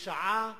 בשעה 20:00,